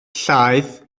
llaeth